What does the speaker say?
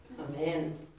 Amen